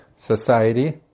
Society